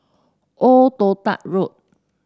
Old Toh Tuck Road